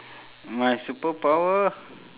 my superpower